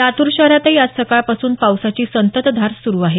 लातूर शहरातही आज सकाळपासून पावसाची संततधार सुरु आहे